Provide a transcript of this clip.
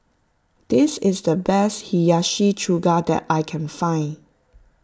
this is the best Hiyashi Chuka that I can find